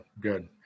Good